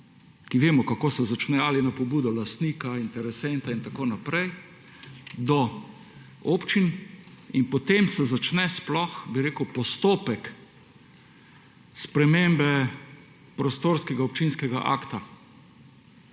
ki vemo kako se začne – ali na pobudo lastnika, interesenta in tako naprej do občin in potem se sploh začne postopek spremembe prostorskega občinskega akta.